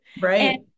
Right